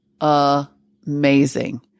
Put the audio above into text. amazing